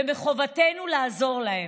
מחובתנו לעזור להם.